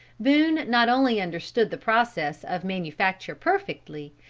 boone not only understood the process of manufacture perfectly,